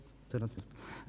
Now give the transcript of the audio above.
Teraz jest.